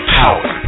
power